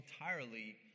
entirely